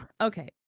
Okay